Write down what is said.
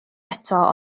eto